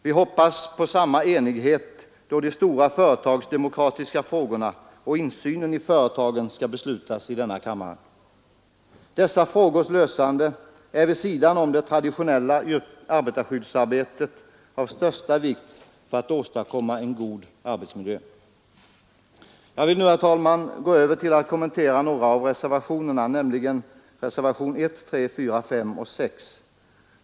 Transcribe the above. Vi hoppas på samma enighet då de stora företagsdemokratiska frågorna och frågan om insynen i företagen skall behandlas i denna kammare. Dessa frågors lösande är vid sidan om det traditionella arbetarskyddsarbetet av största vikt för att åstadkomma en god arbetsmiljö. Jag vill nu, herr talman, gå över till att kommentera reservationerna 1, 3, 4, 5 och 6.